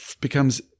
becomes